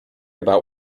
about